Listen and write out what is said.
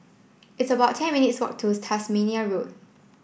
it's about ten minutes' walk to Tasmania Road